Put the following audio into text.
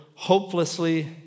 hopelessly